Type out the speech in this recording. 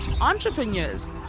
entrepreneurs